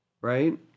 Right